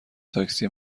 تاکسی